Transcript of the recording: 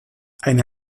eine